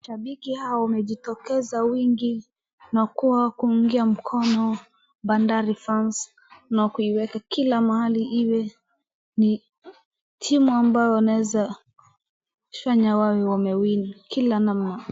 Shabiki hao wamejitokeza wingi na kuwa kumuunga mkono Bandari fans na kuiweka kila mahali ili iwe ni timu ambayo wanaezafanya wawe wame win kila namna.